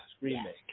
remake